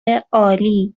عالی